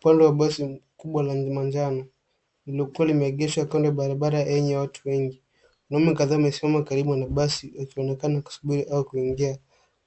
Upande wa basi mkubwa lenye manjano, lililokuwa limeegeshwa kando ya barabara enye watu wengi. Wanaume kadhaa wamesimama karibu na basi wakionekana kusubiri au kuingia.